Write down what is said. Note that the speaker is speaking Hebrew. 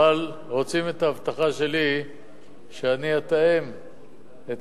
אבל רוצים את ההבטחה שלי שאני אתאם את